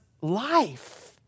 life